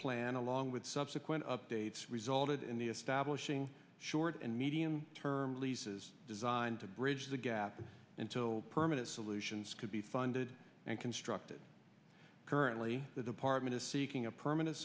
plan along with subsequent updates resulted in the establishing short and medium term leases designed to bridge the gap until permanent solutions could be funded and constructed currently the department is seeking a permanent